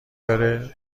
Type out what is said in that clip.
داره